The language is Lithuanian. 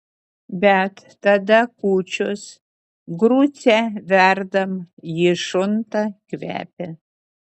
bet tada kūčios grucę verdam ji šunta kvepia